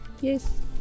Yes